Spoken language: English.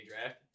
draft